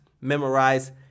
memorize